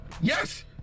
Yes